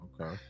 Okay